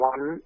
One